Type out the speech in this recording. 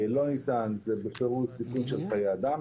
זה בפירוש סיכון של חיי אדם